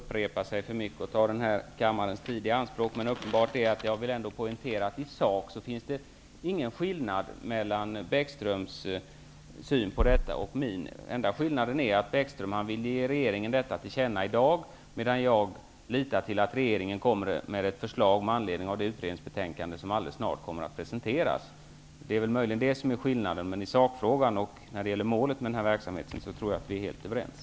Herr talman! Jag skall naturligtvis inte upprepa mig för mycket och därigenom ta kammarens tid i anspråk, men jag vill poängtera att det i sak inte finns någon skillnad mellan Bäckströms och min syn på denna fråga. Den enda skillnaden är att Bäckström i dag vill ge regeringen detta till känna, medan jag litar till att regeringen kommer med ett förslag med anledning av det utredningsbetänkande som alldeles snart kommer att presenteras. Detta kan möjligen vara skillnaden. Men i sakfrågan och när det gäller målet för verksamheten tror jag att vi är helt överens.